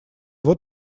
вот